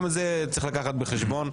גם את זה צריך לקחת בחשבון,